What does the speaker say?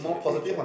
in the future